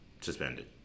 suspended